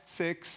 six